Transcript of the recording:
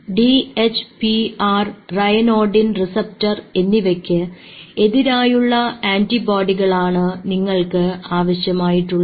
D HPR ryanodine receptor എന്നിവയ്ക്ക് എതിരായുള്ള ആൻറിബോഡികളാണ് നിങ്ങൾക്ക് ആവശ്യമായിട്ടുള്ളത്